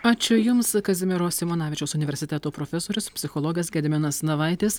ačiū jums kazimiero simonavičiaus universiteto profesorius psichologas gediminas navaitis